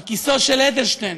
על כיסאו של אדלשטיין,